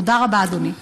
תודה רבה, אדוני.